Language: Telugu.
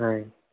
ఆయ్